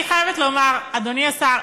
אני חייבת לומר, אדוני השר,